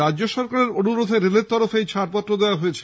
রাজ্য সরকারের অনুরোধে রেলের তরফে এই ছাড়পত্র দেওয়া হয়েছে